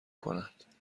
کند